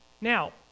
Now